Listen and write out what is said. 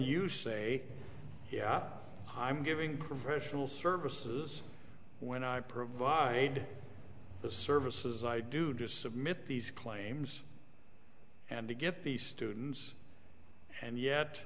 you say yeah i'm giving professional services when i provide the services i do just submit these claims and to get these students and yet